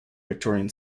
victorian